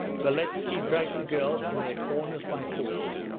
beletski dragged the girls from their corners by force,